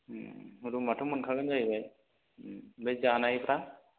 रुमाथ' मोनखागोन जाहैबाय ओमफ्राय जानायफ्रा